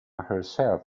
herself